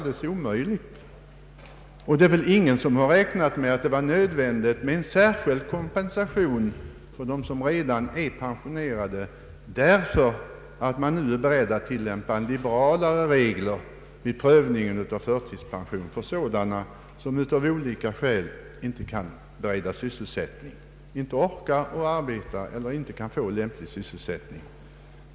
Det är väl ingen som räknat med att det skulle vara nödvändigt med en särskild kompensation för dem som redan är pensionerade därför att man nu är beredd att tillärapa liberalare regler vid prövningen av förtidspension för sådana som av olika skäl inte kan beredas sysselsättning — inte orkar arbeta eller inte kan få lämplig sysselsättning.